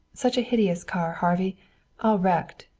such a hideous car, harvey all wrecked.